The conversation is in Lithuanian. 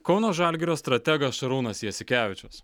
kauno žalgirio strategas šarūnas jasikevičius